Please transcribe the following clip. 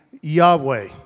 Yahweh